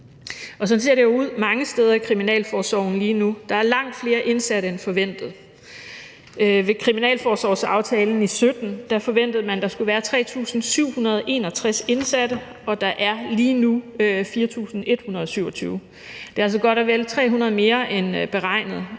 Sådan ser det ud mange steder i kriminalforsorgen lige nu. Der er langt flere indsatte end forventet. I kriminalforsorgsaftalen fra 2017 forventede man, at der skulle være 3.761 indsatte, og der er lige nu 4.127. Det er altså godt og vel 300 flere end beregnet.